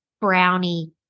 brownie